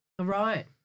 Right